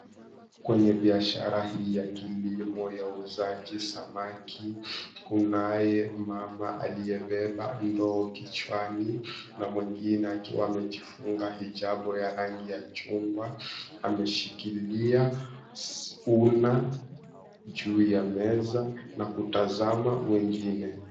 Kwenye biashara hii ya kilimo ya uuzaji samaki kunaye mama aliyebeba ndoo kichwani na mwengine akiwa amejifunga hijabu ya rangi ya chungwa ameshikilia suna juu ya meza na kutazama wengine.